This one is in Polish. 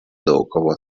dookoła